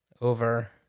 over